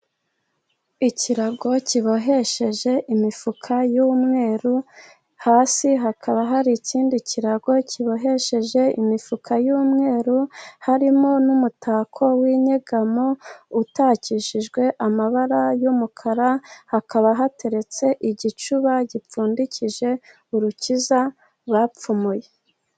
Ikirago kibohesheje imifuka y'umweru, hasi hakaba hari ikindi kirago kibohesheje imifuka y'umweru, harimo n'umutako w'inyegamo, utakijijwe amabara y'umukara, hakaba hateretse igicuba gipfundikije urukiza bapfumuye.